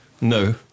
No